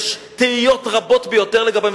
יש תהיות רבות לגביהן,